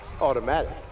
Automatic